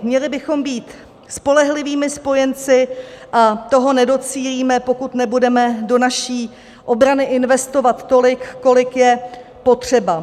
Měli bychom být spolehlivými spojenci, a toho nedocílíme, pokud nebudeme do naší obrany investovat tolik, kolik je potřeba.